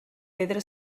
pedra